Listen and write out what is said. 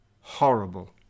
Horrible